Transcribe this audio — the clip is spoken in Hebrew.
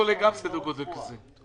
עולה גם בסדר גודל כזה.